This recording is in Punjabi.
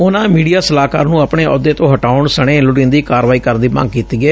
ਉਨੂਾ ਮੀਡੀਆ ਸਲਾਹਕਾਰ ਨੂੰ ਆਪਣੇ ਅਹੁਦੇ ਤੋਂ ਹਟਾਉਣ ਸਣੇ ਲੁੜੀਂਦੀ ਕਾਰਵਾਈ ਕਰਨ ਦੀ ਮੰਗ ਕੀਤੀ ਏ